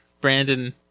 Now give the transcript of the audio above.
Brandon